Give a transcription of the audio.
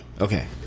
okay